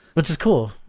which is cool.